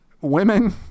women